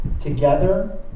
together